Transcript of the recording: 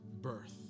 birth